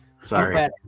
sorry